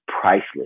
priceless